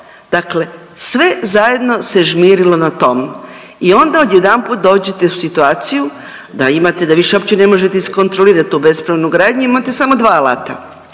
Dakle, sve zajedno se žmirilo na tom. I onda odjedanput dođete u situaciju da imate da više uopće ne možete iskontrolirati tu bespravnu gradnju imate samo dva alata.